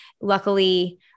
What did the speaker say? luckily